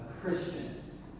Christians